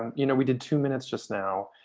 you know we did two minutes just now.